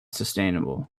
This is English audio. sustainable